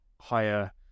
higher